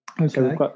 Okay